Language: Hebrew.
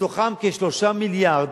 מתוכם כ-3 מיליארד